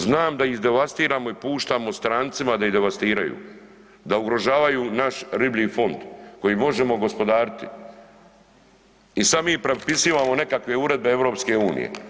Znam da ih devastiramo i puštamo strancima da ih devastiraju, da ugrožavaju naš riblji fond koji možemo gospodariti i sad mi prepisivamo nekakve uredbe EU.